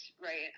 right